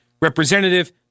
Representative